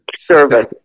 service